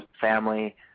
family